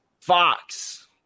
Fox